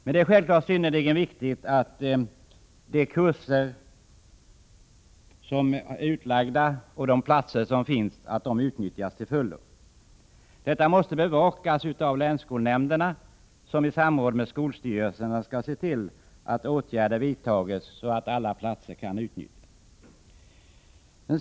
Men det är självfallet synnerligen viktigt att de kurser som är utlagda på olika platser utnyttjas till fullo. Detta måste bevakas av länsskolnämnderna, som i samråd med skolstyrelserna skall se till att åtgärder vidtas så att alla platser kan utnyttjas.